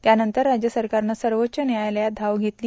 त्यानंतर राज्य सरकारनं सर्वोच्च न्यायालयात धाव घेतली